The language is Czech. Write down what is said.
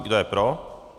Kdo je pro?